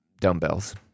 dumbbells